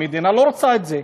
המדינה לא רוצה את זה,